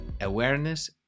awareness